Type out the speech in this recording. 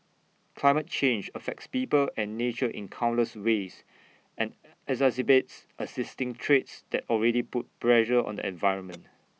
climate change affects people and nature in countless ways and exacerbates existing threats that already put pressure on the environment